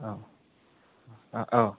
औ औ औ